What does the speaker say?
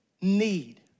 need